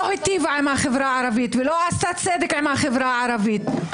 היטיבה עם החברה הערבית ולא עשתה צדק עם החברה הערבית.